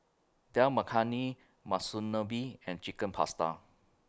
Dal Makhani Monsunabe and Chicken Pasta